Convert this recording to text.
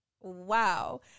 wow